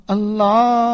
Allah